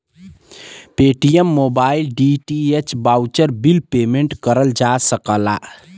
Paytm mobile, DTH, आउर bill payment करल जा सकला